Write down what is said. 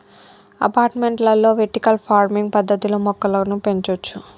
అపార్టుమెంట్లలో vertical farming పద్దతిలో మొక్కలను పెంచొచ్చు